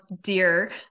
dear